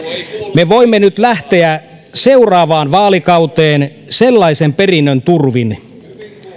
me voimme nyt lähteä seuraavaan vaalikauteen sellaisen perinnön turvin